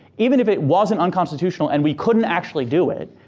even if it wasn't unconstitutional and we couldn't actually do it,